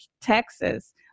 Texas